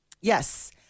Yes